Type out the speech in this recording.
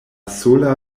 sola